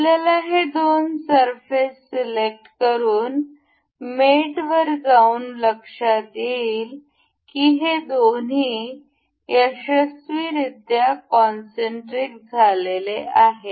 आपल्याला हे दोन सरफेस सिलेक्ट करून मेटवर जाऊन लक्षात येईल की हे दोन्ही यशस्वीरित्या कोनसेंटरिक झालेले आहे